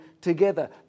together